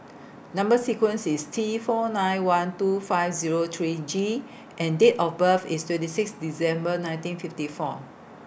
Number sequence IS T four nine one two five Zero three G and Date of birth IS twenty six December nineteen fifty four